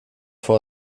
vor